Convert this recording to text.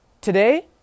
today